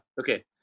okay